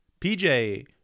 PJ